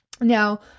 Now